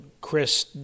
Chris